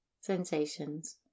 sensations